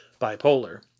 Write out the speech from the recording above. bipolar